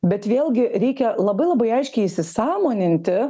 bet vėlgi reikia labai labai aiškiai įsisąmoninti